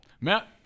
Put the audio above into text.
Matt